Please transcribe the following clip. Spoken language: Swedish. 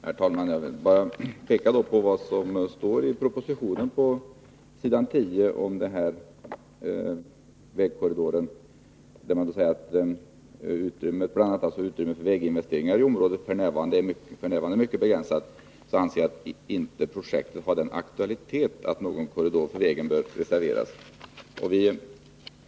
Herr talman! Jag vill bara citera vad som står i propositionen på s. 10 om den här vägkorridoren. Det heter att då ”utrymmet för väginvesteringar i området f. n. är mycket begränsat anser jag inte projektet ha den aktualitet att någon korridor för vägen bör reserveras”.